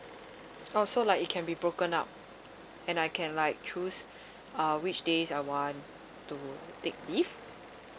oh so like it can be broken out and I can like choose uh which day I want to take leave